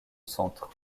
centre